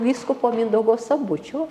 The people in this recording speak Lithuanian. vyskupo mindaugo sabučio